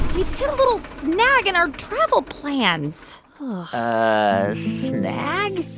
we've hit a little snag in our travel plans a snag?